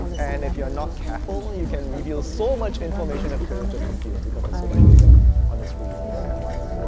and if you're not careful, and you can reveal so much information that a player is just confused because there's so much data on the screen at once.